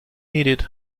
needed